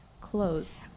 close